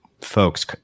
folks